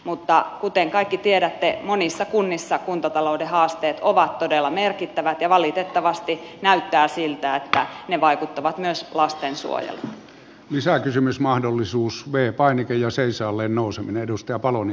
mutta kuten kaikki tiedätte monissa kunnissa kuntatalouden haasteet ovat todella merkittävät ja valitettavasti näyttää siltä että ne vaikuttavat myös lastensuojelu lisää kysymys mahdollisuus vei vain ylös seisaalle nousevin edustaja lastensuojeluun